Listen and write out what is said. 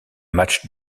matchs